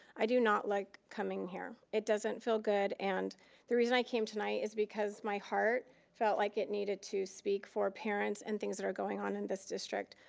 i do not like coming here. it doesn't feel good, and the reason i came tonight is because my heart felt like it needed to speak for parents and things that are going on in this district.